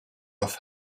off